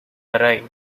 arrive